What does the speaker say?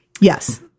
Yes